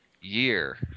Year